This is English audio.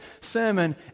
sermon